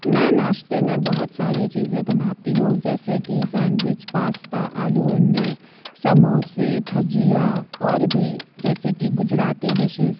मैं नाश्ते में बहुत सारी चीज़े बनाती हूँ जैसे कि सैंडविच पास्ता आलू अंडे समोसे भजिया और भी जैसे कि गुजराती डिशेस